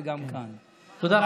תודה,